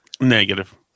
Negative